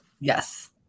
yes